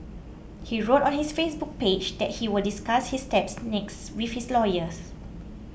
he wrote on his Facebook page that he will discuss his next steps with his lawyers